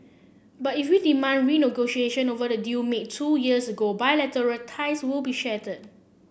but if we demand renegotiation over the deal made two years ago bilateral ties will be shattered